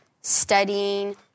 studying